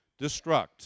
destruct